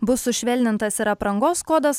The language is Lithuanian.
bus sušvelnintas ir aprangos kodas